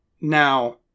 Now